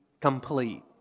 complete